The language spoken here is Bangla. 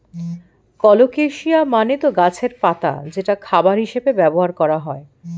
কলোকাসিয়া মানে তো গাছের পাতা যেটা খাবার হিসেবে ব্যবহার করা হয়